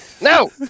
No